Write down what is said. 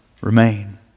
remain